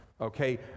Okay